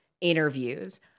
interviews